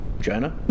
China